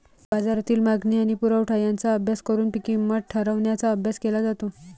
बाजारातील मागणी आणि पुरवठा यांचा अभ्यास करून किंमत ठरवण्याचा अभ्यास केला जातो